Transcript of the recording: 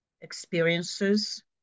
experiences